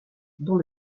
dont